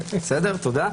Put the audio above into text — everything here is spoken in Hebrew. תודה.